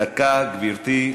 דקה, גברתי.